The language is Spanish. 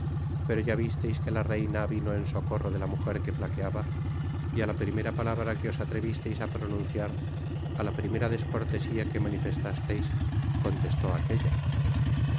pero ya visteis que la reina vino en socorro de la mujer que flaqueaba y á la primera palabra que os atrevisteis á pronunciar á la primera descortesía que manifestasteis contestó aquella